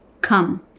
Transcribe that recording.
come